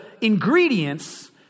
ingredients